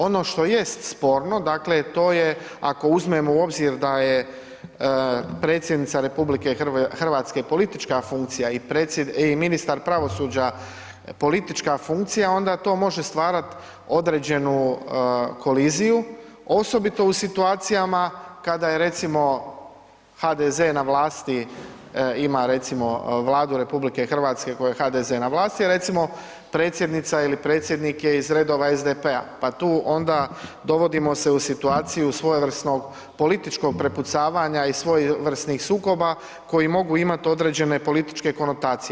Ono što jest sporno to je ako uzmemo u obzir da je predsjednica RH politička funkcija i ministar pravosuđa politička funkcija onda to može stvarati određenu koliziju osobito u situacijama kada je recimo HDZ na vlasti ima recimo Vladu RH kojoj je HDZ na vlasti, a recimo predsjednica ili predsjednik je iz redova SDP-a, pa tu se onda dovodimo u situaciju svojevrsnog političkog prepucavanja i svojevrsnih sukoba koje mogu imati određene političke konotacije.